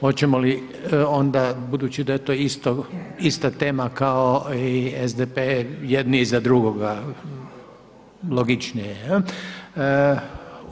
Hoćemo li onda budući da je to ista tema kao i SDP jedni iza drugoga, logičnije je.